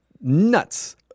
nuts